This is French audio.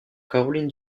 caroline